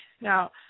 Now